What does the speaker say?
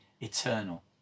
eternal